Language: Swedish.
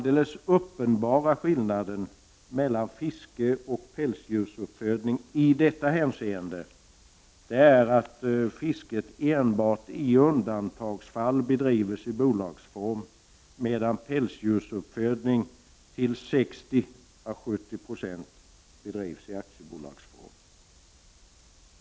Den uppenbara skillnaden i detta avseende mellan fiske och pälsdjursuppfödning är att fisket enbart i undantagsfall bedrivs i bolagsform, medan pälsdjursuppfödning till 60-70 96 bedrivs i aktiebolagsform.